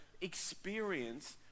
experience